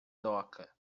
doca